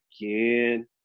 again